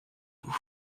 vous